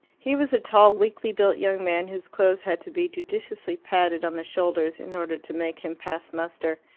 he was a tall, weakly-built young man, whose clothes had to be judiciously padded on the shoulders in order to make him pass muster.